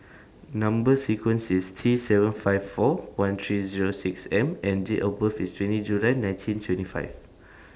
Number sequence IS T seven five four one three Zero six M and Date of birth IS twenty July nineteen twenty five